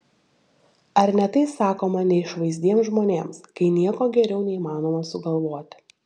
ar ne tai sakoma neišvaizdiems žmonėms kai nieko geriau neįmanoma sugalvoti